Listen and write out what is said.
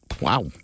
Wow